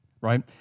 right